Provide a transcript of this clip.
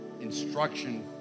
instruction